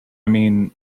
mean